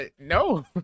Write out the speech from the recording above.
no